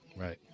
Right